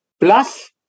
Plus